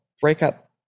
breakup